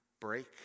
break